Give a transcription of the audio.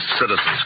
citizens